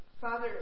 Father